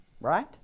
Right